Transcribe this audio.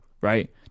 right